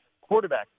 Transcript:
quarterback